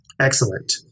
Excellent